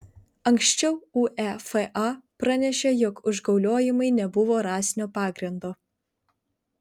anksčiau uefa pranešė jog užgauliojimai nebuvo rasinio pagrindo